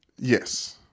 yes